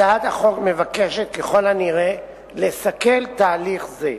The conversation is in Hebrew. הצעת החוק מבקשת, ככל הנראה, לסכל תהליך זה.